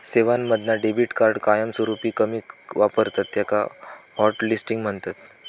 सेवांमधना debit card कायमस्वरूपी कमी वापरतत त्याका हॉटलिस्टिंग म्हणतत